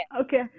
okay